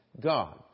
God